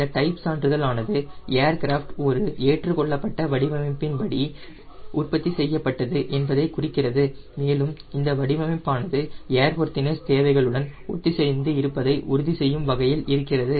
இந்த டைப் சான்றிதழ் ஆனது ஏர்கிராஃப்ட் ஒரு ஏற்றுக்கொள்ளப்பட்ட வடிவமைப்பின் படி உற்பத்தி செய்யப்பட்டது என்பதை குறிக்கிறது மேலும் இந்த வடிவமைப்பானது ஏர்வொர்த்தினஸ் தேவைகளுடன் ஒத்திசைந்து இருப்பதை உறுதி செய்யும் வகையில் இருக்கிறது